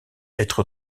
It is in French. être